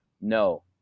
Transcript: no